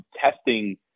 testing